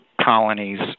colonies